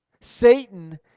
Satan